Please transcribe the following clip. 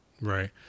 Right